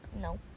No